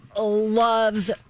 loves